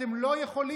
אתם לא יכולים.